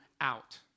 out